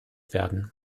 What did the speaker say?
werden